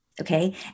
Okay